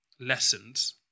lessons